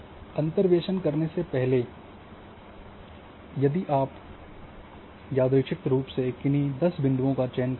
अंतर्वेशन करने से पहले कि आप यादृच्छिक रूप से किन्हीं 10 बिंदुओं का चयन करते हैं